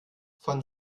von